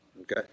Okay